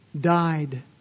died